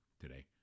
today